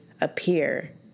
appear